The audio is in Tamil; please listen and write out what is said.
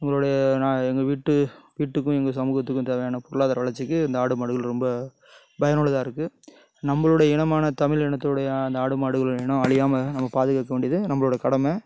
உங்களோடைய நான் எங்கள் வீட்டு வீட்டுக்கும் எங்கள் சமூகத்துக்கும் தேவையான பொருளாதார வளர்ச்சிக்கு இந்த ஆடு மாடுகள் ரொம்ப பயனுள்ளதாக இருக்கு நம்பளுடைய இனமான தமிழ் இனத்துடைய அந்த ஆடு மாடுகள் இனம் அழியாமல் நம்ம பாதுகாக்க வேண்டியது நம்பளோட கடமை